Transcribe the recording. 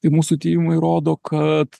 tai mūsų tyrimai rodo kad